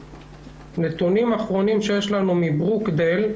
נתונים אחרונים שיש לנו ממכון ברוקדייל,